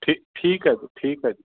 ਠੀਕ ਠੀਕ ਹੈ ਜੀ ਠੀਕ ਹੈ ਜੀ